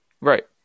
Right